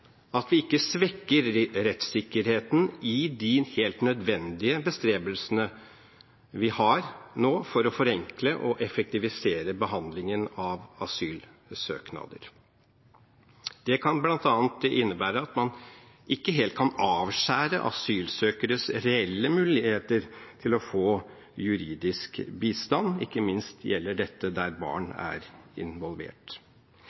at vi ikke svekker rettssikkerheten i de helt nødvendige bestrebelsene vi har nå, for å forenkle og effektivisere behandlingen av asylsøknader. Det kan bl.a. innebære at man ikke helt kan avskjære asylsøkeres reelle muligheter til å få juridisk bistand. Ikke minst gjelder dette der